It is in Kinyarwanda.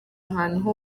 ahantu